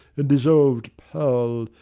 and dissolv'd pearl,